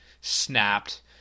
snapped